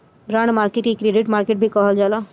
bond market के credit market भी कहल जाला